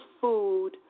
food